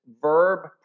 verb